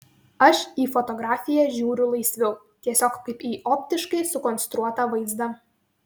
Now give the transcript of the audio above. aš į fotografiją žiūriu laisviau tiesiog kaip į optiškai sukonstruotą vaizdą